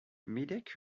medak